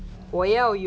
yeah